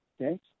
okay